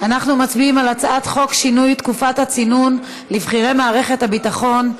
אנחנו מצביעים על הצעת חוק שינוי תקופת הצינון לבכירי מערכת הביטחון,